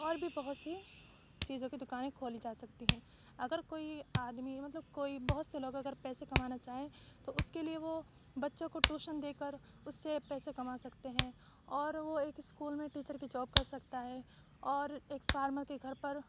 اور بھی بہت سی چیزوں کی دوکانیں کھولی جا سکتی ہیں اگر کوئی آدمی مطلب کوئی بہت سے لوگ اگر پیسے کمانا چاہیں تو اس کے لیے وہ بچوں کو ٹوشن دے کر اس سے پیسے کما سکتے ہیں اور وہ ایک اسکول میں ٹیچر کی جاپ کر سکتا ہے اور ایک فارما کے گھر پر